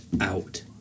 out